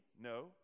No